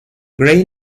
grey